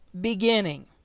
beginning